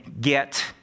get